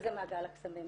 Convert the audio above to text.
וזה מעגל קסמים.